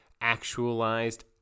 actualized